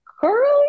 curly